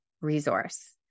resource